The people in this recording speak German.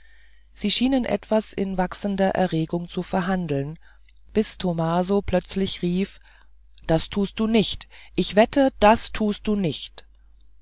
sie schienen etwas in wachsender erregung zu verhandeln bis tomaso plötzlich rief das tust du nicht ich wette das tust du nicht